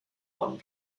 one